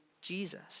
Jesus